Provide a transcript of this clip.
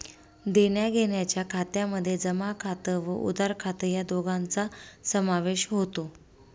देण्याघेण्याच्या खात्यामध्ये जमा खात व उधार खात या दोघांचा समावेश होतो